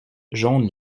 jaunes